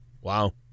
Wow